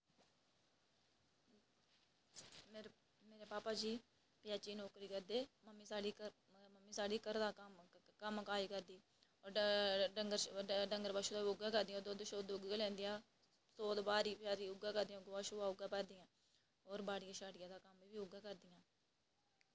मेरे मेरे भापा जी बजाजै ई नौकरी करदे ते मम्मी साढ़ी मम्मी साढ़ी घरै दे कम्म काज करदी ते डंगर बच्छु दा उऐ करदियां दुद्ध उऐ लैंदियां सोत्त बारी उऐ करदियां गोहा उऐ भरदियां होर बाड़ियै दा कम्म बी उऐ करदियां